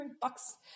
bucks